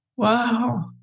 Wow